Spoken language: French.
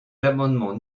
l’amendement